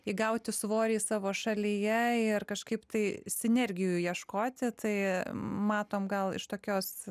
įgauti svorį savo šalyje ir kažkaip tai sinergijų ieškoti tai matom gal iš tokios